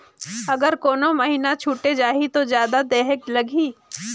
अगर कोनो महीना छुटे जाही तो जादा देहेक लगही?